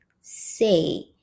say